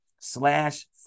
slash